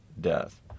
death